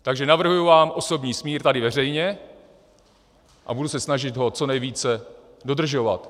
Takže navrhuji vám osobní smír tady veřejně a budu se snažit ho co nejvíce dodržovat.